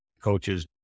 coaches